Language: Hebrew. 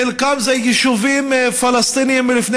חלקם זה של יישובים פלסטיניים מלפני